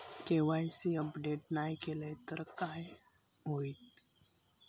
KYC update नाय केलय तर काय होईत?